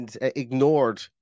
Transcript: ignored